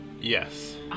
Yes